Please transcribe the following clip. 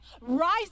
rise